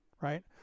right